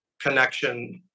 connection